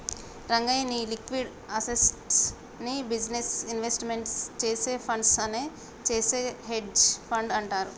రంగయ్య, నీ liquid assets లో business investment చేసే ఫండ్స్ నే చేసే హెడ్జె ఫండ్ అంటారు